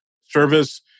service